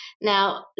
Now